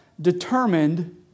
determined